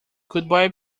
goodbye